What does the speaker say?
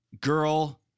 girl